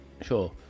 sure